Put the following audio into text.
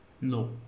No